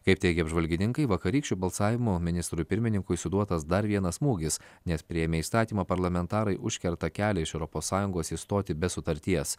kaip teigia apžvalgininkai vakarykščiu balsavimu ministrui pirmininkui suduotas dar vienas smūgis nes priėmę įstatymą parlamentarai užkerta kelią iš europos sąjungos išstoti be sutarties